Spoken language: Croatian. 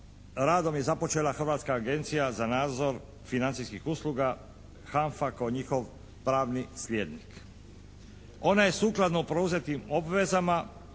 Hrvatska agencija za nadzor financijskih usluga, HANFA kao njihov pravni slijednik. Ona je sukladno preuzetim obvezama